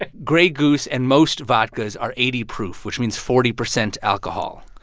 ah grey goose and most vodkas are eighty proof, which means forty percent alcohol.